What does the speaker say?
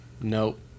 Nope